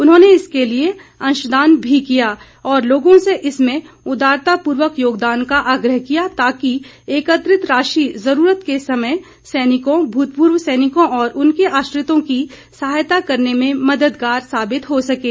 उन्होंने इसके लिए अंशदान भी किया और लोगों से इसमें उदारतापूर्वक योगदान का आग्रह किया ताकि एकत्रित राशि जरूरत के समय सैनिकों भूतपूर्व सैनिकों और उनके आश्रितों की सहायता करने में मददगार साबित हो सकें